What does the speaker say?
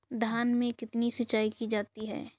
धान में कितनी सिंचाई की जाती है?